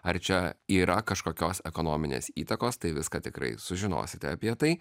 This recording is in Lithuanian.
ar čia yra kažkokios ekonominės įtakos tai viską tikrai sužinosite apie tai